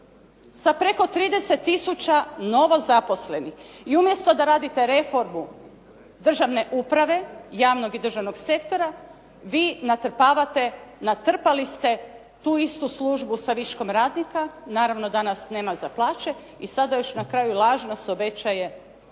Sa preko 30 tisuća novo zaposlenih. I umjesto da radite reformu državne uprave, javnog i državnog sektora, vi natrpavate, natrpali ste tu istu službu sa viškom radnika, naravno danas nema za plaće. I sada još na kraju lažno se obećajte